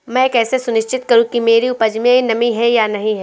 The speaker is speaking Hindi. मैं कैसे सुनिश्चित करूँ कि मेरी उपज में नमी है या नहीं है?